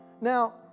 Now